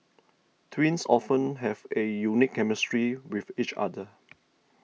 twins often have a unique chemistry with each other